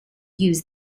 use